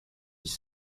dix